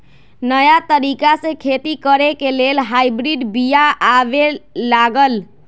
नयाँ तरिका से खेती करे लेल हाइब्रिड बिया आबे लागल